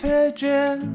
Pigeon